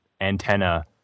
antenna